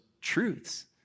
truths